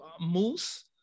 Moose